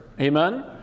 Amen